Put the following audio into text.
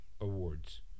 awards